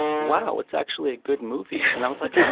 wow, it's actually a good movie. and i was like, yeah